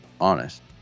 honest